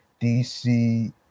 DC